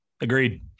Agreed